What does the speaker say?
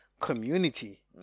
community